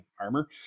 armor